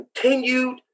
continued